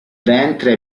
ventre